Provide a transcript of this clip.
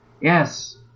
yes